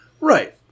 Right